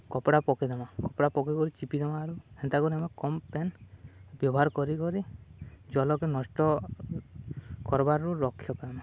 କପ୍ଡ଼ା ପକେଇଦେମା କପ୍ଡ଼ା ପକେଇ କରି ଚିପିଦେମା ଆଉ ହେନ୍ତା କରି ଆମେ କମ୍ ପେନ୍ ବ୍ୟବହାର କରି କରି ଜଲକେ ନଷ୍ଟ କର୍ବାର୍ରୁ ରକ୍ଷା ପାଏମା